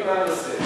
זה תלוי בנושא.